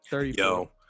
Yo